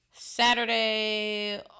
Saturday